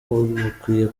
bukwiye